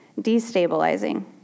destabilizing